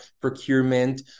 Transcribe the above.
procurement